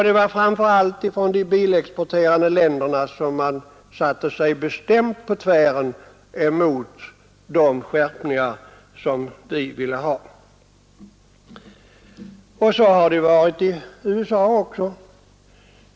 Det var framför allt de bilexporterande länderna som satte sig bestämt emot de skärpningar vi ville införa. Så har det varit i USA också.